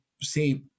say